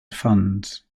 funds